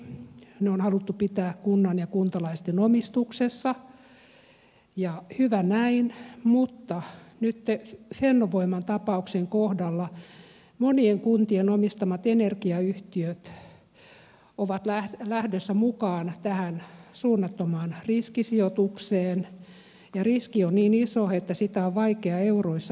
ne on haluttu pitää kunnan ja kuntalaisten omistuksessa ja hyvä näin mutta nytten fennovoiman tapauksessa monien kuntien omistamat energiayhtiöt ovat lähdössä mukaan tähän suunnattomaan riskisijoitukseen ja riski on niin iso että sitä on vaikea euroissa edes arvioida